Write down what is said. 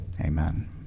Amen